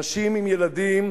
נשים עם ילדים,